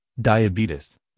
diabetes